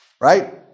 right